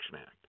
Act